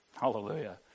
Hallelujah